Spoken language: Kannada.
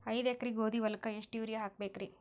ಐದ ಎಕರಿ ಗೋಧಿ ಹೊಲಕ್ಕ ಎಷ್ಟ ಯೂರಿಯಹಾಕಬೆಕ್ರಿ?